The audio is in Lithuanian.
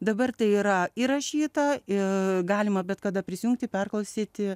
dabar tai yra įrašyta ir galima bet kada prisijungti perklausyti